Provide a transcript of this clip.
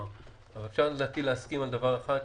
אפשר להסכים על דבר אחד,